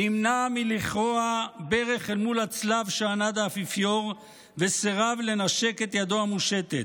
נמנע מלכרוע ברך אל מול הצלב שענד האפיפיור וסירב לנשק את ידו המושטת.